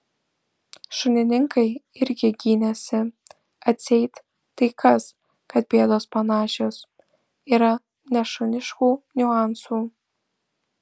šunininkai irgi gynėsi atseit tai kas kad pėdos panašios yra nešuniškų niuansų